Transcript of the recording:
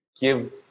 give